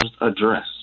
Address